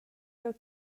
jeu